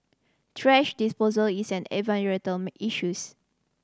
thrash disposal is an environmental issues